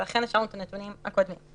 ולכן השארנו את הנתונים הקודמים.